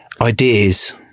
ideas